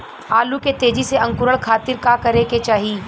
आलू के तेजी से अंकूरण खातीर का करे के चाही?